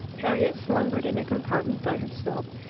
harriet slumbered in a compartment by herself.